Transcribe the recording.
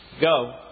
Go